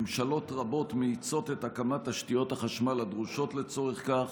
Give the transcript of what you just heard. ממשלות רבות מאיצות את הקמת תשתיות החשמל הדרושות לצורך כך.